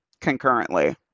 concurrently